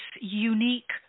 unique